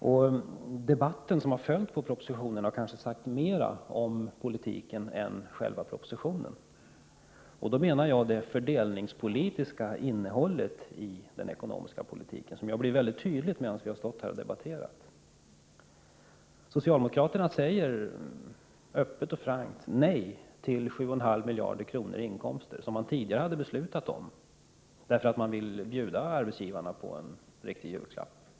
Den debatt som har följt på propositionen har kanske sagt mera om politiken än själva propositionen. Jag syftar då på det fördelningspolitiska innehållet i den ekonomiska politiken, som har blivit ganska tydligt under den diskussion som vi nu har fört. Socialdemokraterna säger öppet och frankt nej till 7,5 miljarder i inkomster som man tidigare hade beslutat om, och skälet härtill är att man vill ge arbetsgivarna en riktig julklapp.